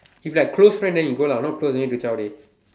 if like close friend then you go lah not close then you need to zhao dey